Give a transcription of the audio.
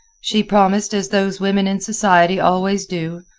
she promised as those women in society always do,